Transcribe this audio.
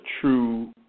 true